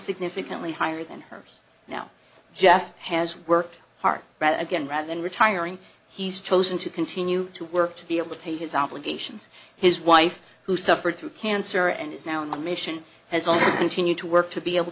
significantly higher than hers now jeff has worked hard again rather than retiring he's chosen to continue to work to be able to pay his obligations his wife who suffered through cancer and is now in the mission has all continued to work to be able